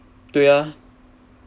对 ah